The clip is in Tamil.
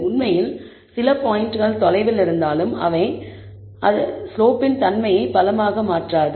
உண்மையில் சில பாயிண்ட்கள் தொலைவில் இருந்தாலும் அவை அது ஸ்லோப்பின் தன்மையை பலமாக மாற்றாது